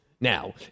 Now